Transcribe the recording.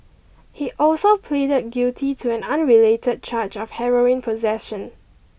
he also pleaded guilty to an unrelated charge of heroin possession